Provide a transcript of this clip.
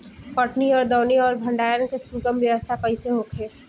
कटनी और दौनी और भंडारण के सुगम व्यवस्था कईसे होखे?